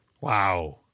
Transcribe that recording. wow